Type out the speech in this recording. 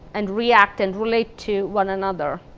and react, and relate to one another.